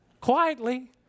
Quietly